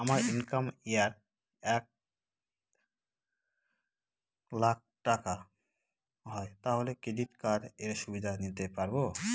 আমার income year এ এক লাক টাকা হয় তাহলে ক্রেডিট কার্ড এর সুবিধা নিতে পারবো?